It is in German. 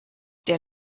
der